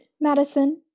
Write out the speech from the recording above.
Madison